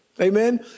Amen